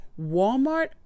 Walmart